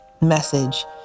message